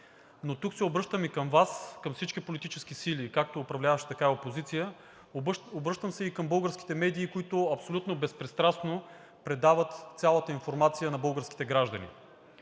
но тук се обръщаме към Вас, към всички политически сили – както управляващи, така и опозиция, обръщам се и към българските медии, които абсолютно безпристрастно предават цялата информация на българските граждани,